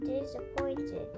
disappointed